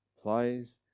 plays